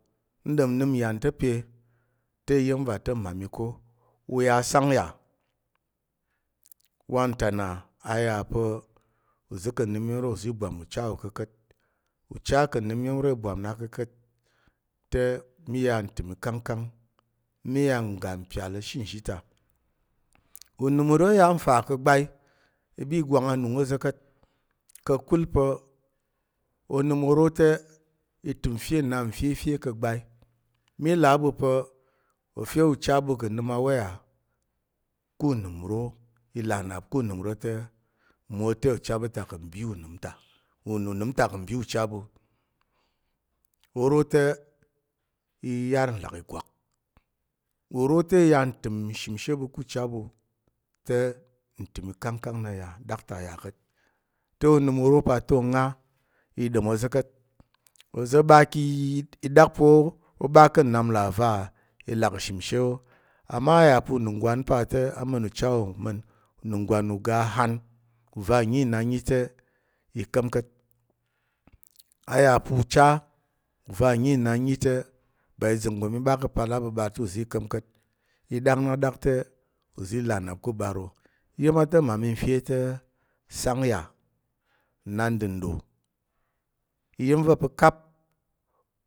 N ɗom nnəm nyan ta̱ pe, te iya̱m va ta̱ n ɗom nnəm ko u ya sang yà, wanta na a yà pe uza̱ ka̱ nnəm iro i bwam na ko ka̱t te mí ya ntəm ikangkang. Mí yà ngga mpyal ka̱she nzhi ta unəm uro i yà i fa ka̱ gbai i gwang anung ôza̱ ka̱t. Ka̱kul pa̱ onəm oro te i təm nfe nnap nfefe ka̱ gbai mí là a ɓu pa̱ o fe ucha ɓu ka̱ nnəm a woya ku unəm uro, i là nnap ku unəm uro te mwote ucha ɓu ta ka̱ mbi unəm ta unəm ta ka̱ mbi ucha ɓu. Uro te i yar nlàk ìgwak. Uro te i ya ntəm ishimshe ɓu ku cha ɓu te ntəm ikangkang na yà nɗaktak yà ka̱t, te onəm oro pa te onga i ɗom ozo ka̱t, oza̱ ɓa ki i ɗak pa̱ o ɓa ka̱ nnap nlà va i làk i shimshe wo. A ma ya pa̱ unungwan pa te ma̱n ucha wò ma̱n, unungwan uga ghan u va nyi inan nyi te i ka̱m ka̱t. Ayà pa̱ ucha va̱ nyi inan nyi te ba iza̱ nggo mí ɓa ka̱ ka̱pal aɓəɓar te, uzi i ka̱m ka̱t. I ɗak na ɗak te uzi i là nnap ku uɓar wò, iya̱m a ta̱ mmami n fe te sang yà nnandən ɗò. Iya̱m va̱ pa̱ kap